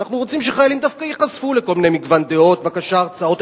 אנחנו רוצים שחיילים דווקא ייחשפו למגוון דעות והרצאות.